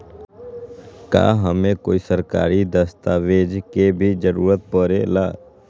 का हमे कोई सरकारी दस्तावेज के भी जरूरत परे ला?